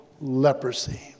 leprosy